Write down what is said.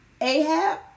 Ahab